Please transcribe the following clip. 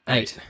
Eight